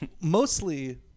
mostly